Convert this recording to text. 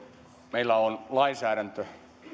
meillä on lainsäädäntö